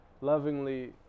lovingly